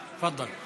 תפדל.